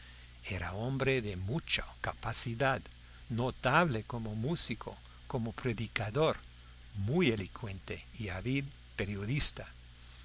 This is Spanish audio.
era hombre de mucha capacidad notable como músico como predicador muy elocuente y hábil periodista